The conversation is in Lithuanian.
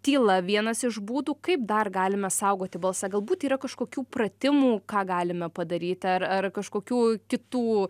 tyla vienas iš būdų kaip dar galime saugoti balsą galbūt yra kažkokių pratimų ką galime padaryti ar ar kažkokių kitų